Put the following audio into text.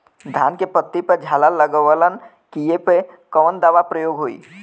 धान के पत्ती पर झाला लगववलन कियेपे कवन दवा प्रयोग होई?